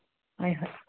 ꯍꯣꯏ ꯍꯣꯏ